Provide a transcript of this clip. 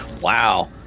Wow